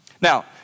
Now